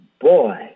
boy